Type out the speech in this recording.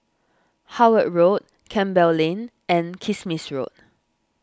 Howard Road Campbell Lane and Kismis Road